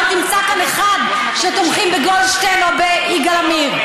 לא תמצא כאן אחד שתומכים בגולדשטיין או ביגאל עמיר.